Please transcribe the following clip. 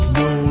no